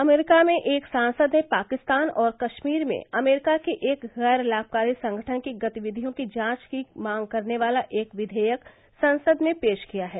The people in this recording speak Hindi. अमरीका में एक सांसद ने पाकिस्तान और कश्मीर में अमरीका के एक गैर लाभकारी संगठन की गतिविधियों की जांच की मांग करने वाला एक विघेयक संसद में पेश किया है